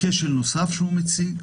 כשל נוסף שהוא מציג,